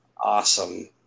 Awesome